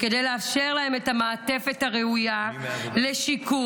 כדי לאפשר להם את המעטפת הראויה לשיקום,